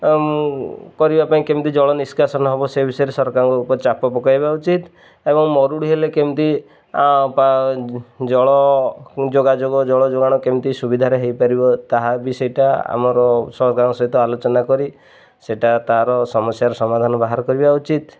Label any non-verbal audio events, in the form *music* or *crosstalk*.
*unintelligible* କରିବା ପାଇଁ କେମିତି ଜଳ ନିଷ୍କାସନ ହବ ସେ ବିଷୟରେ ସରକାରଙ୍କ ଉପରେ ଚାପ ପକାଇବା ଉଚିତ୍ ଏବଂ ମରୁଡ଼ି ହେଲେ କେମିତି *unintelligible* ଜଳ ଯୋଗାଯୋଗ ଜଳ ଯୋଗାଣ କେମିତି ସୁବିଧାରେ ହେଇପାରିବ ତାହା ବି ସେଇଟା ଆମର ସରକାରଙ୍କ ସହିତ ଆଲୋଚନା କରି ସେଇଟା ତାର ସମସ୍ୟାର ସମାଧାନ ବାହାର କରିବା ଉଚିତ୍